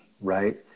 right